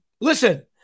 Listen